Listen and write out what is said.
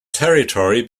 territory